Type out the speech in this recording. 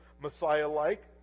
Messiah-like